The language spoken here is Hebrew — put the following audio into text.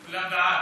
כולם בעד.